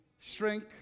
shrink